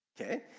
okay